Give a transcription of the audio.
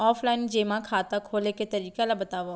Offline जेमा खाता खोले के तरीका ल बतावव?